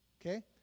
Okay